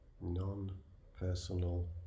Non-Personal